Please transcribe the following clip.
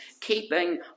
Keeping